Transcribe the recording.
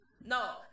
no